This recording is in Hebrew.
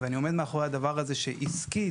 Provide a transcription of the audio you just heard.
ואני עומד מאחורי כך שמבחינה עסקית